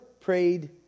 prayed